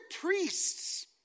priests